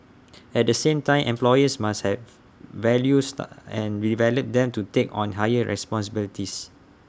at the same time employers must have value staff and develop them to take on higher responsibilities